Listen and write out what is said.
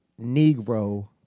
Negro